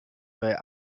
bei